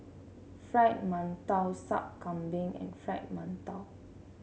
Fried Mantou Sup Kambing and Fried Mantou